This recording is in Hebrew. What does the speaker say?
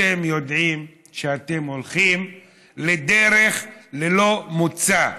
אתם יודעים שאתם הולכים לדרך ללא מוצא.